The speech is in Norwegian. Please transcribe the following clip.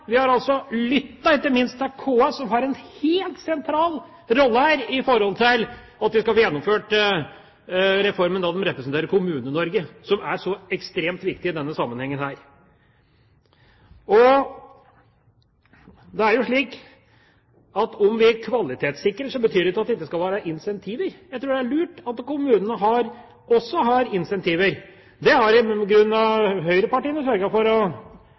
Vi har altså lyttet, ikke minst til KS, som har en helt sentral rolle her for at vi skal få gjennomført reformen, da de representerer Kommune-Norge, som er så ekstremt viktig i denne sammenhengen. Om vi kvalitetssikrer, betyr ikke det at det ikke skal være incentiver. Jeg tror det er lurt at kommunene også har incentiver. Det har i grunnen høyrepartiene sørget for å